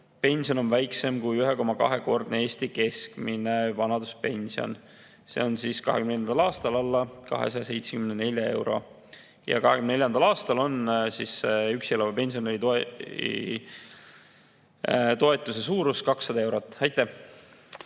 netopension on väiksem kui 1,2‑kordne Eesti keskmine vanaduspension. See on 2024. aastal alla [874] euro. 2024. aastal on üksi elava pensionäri toetuse suurus 200 eurot. Aitäh!